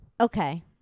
Okay